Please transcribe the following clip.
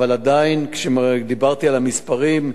אבל עדיין, כשדיברתי על המספרים,